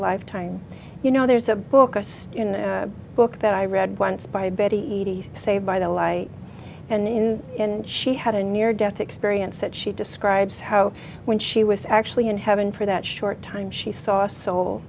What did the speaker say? lifetime you know there's a book us in the book that i read once by betty e t c saved by the light and in and she had a near death experience that she describes how when she was actually in heaven for that short time she saw